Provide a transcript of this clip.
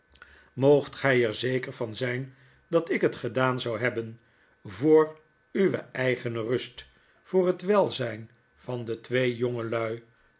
moogt gij er zeker van zyn dat ik hetgedaan zou hebben i voor uwe eigene rust voor het welzyn van de twee jongelui